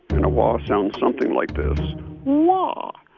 and a waa sounds something like this waa,